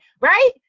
right